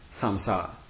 samsara